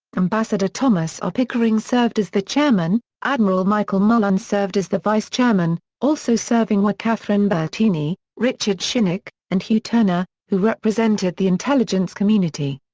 ambassador thomas r. pickering served as the chairman, admiral michael mullen served as the vice chairman, also serving were catherine bertini, richard shinnick, and hugh turner, who represented the intelligence community.